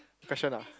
fashion ah